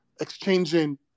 exchanging